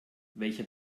welcher